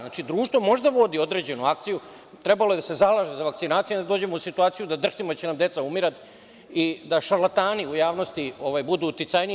Znači, društvo može da vodi određenu akciju i trebalo je da se zalaže za vakcinaciju, a ne da dođemo u situaciju da drhtimo jer će nam deca umirati i da šarlatani u javnosti budu uticajniji.